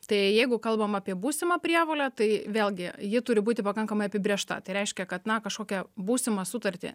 tai jeigu kalbam apie būsimą prievolę tai vėlgi ji turi būti pakankamai apibrėžta tai reiškia kad na kažkokią būsimą sutartį